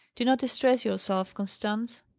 do not distress yourself, constance.